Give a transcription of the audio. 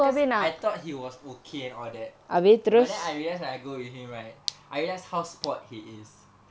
cause I thought he was okay and all that but then I realise that I go with him right I realize how spoilt he is